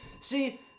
See